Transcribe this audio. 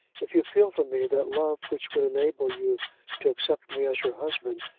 if you feel for me that love which would enable you to accept me as your husband,